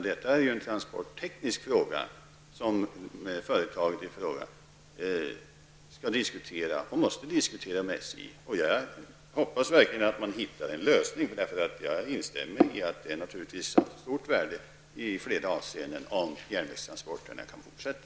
Detta är en transportteknisk fråga som företaget skall diskutera med SJ. Jag hoppas verkligen att de hittar en lösning. Jag instämmer i att det naturligtvis är av stort värde i flera avseenden om järnvägstransporterna kan fortsätta.